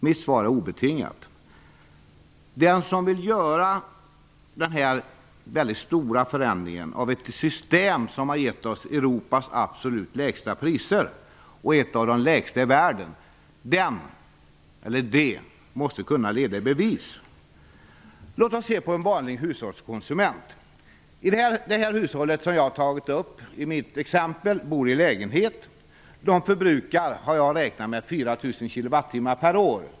Mitt svar är obetingat: Den som vill göra denna stora förändring av ett system som har gett oss Europas absolut lägsta priser och bland de lägsta priserna i världen måste kunna leda denna fråga i bevis. Låt oss se på en vanlig hushållskonsument. Det hushåll jag tar upp bor i lägenhet och förbrukar ca 4 000 kWh per år.